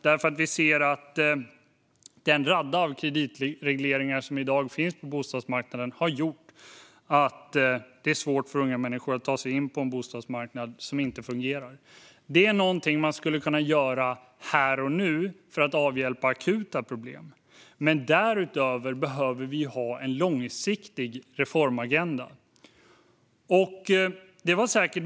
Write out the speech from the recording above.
Vi ser nämligen att den rad av kreditregleringar som i dag finns på bostadsmarknaden har gjort att det är svårt för unga människor att ta sig in på den eftersom den inte fungerar. Detta är något som man skulle kunna göra här och nu för att avhjälpa akuta problem. Därutöver behöver vi dock ha en långsiktig reformagenda.